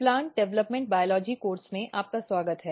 plant development biology course में आपका स्वागत है